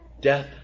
death